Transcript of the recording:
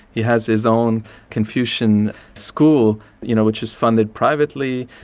he has his own confucian school you know which is funded privately,